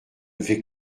vais